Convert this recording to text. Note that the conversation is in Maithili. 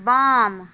बाम